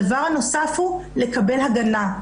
הדבר הנוסף הוא, לקבל הגנה.